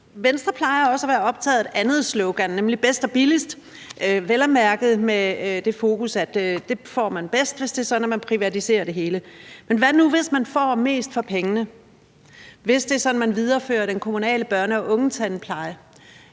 Venstre plejer også at være optaget af et andet slogan, nemlig »bedst og billigst«, vel at mærke med det fokus, at det får man bedst, hvis det er sådan, at man privatiserer det hele. Men hvad nu hvis man får mest for pengene, hvis det er sådan, at man viderefører den kommunale børne- og ungetandpleje